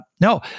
No